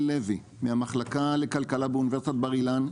לוי מהמחלקה לכלכלה באוניברסיטת בר אילן,